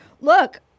look